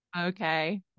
okay